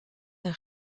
een